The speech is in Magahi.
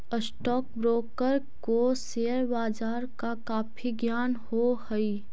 स्टॉक ब्रोकर को शेयर बाजार का काफी ज्ञान हो हई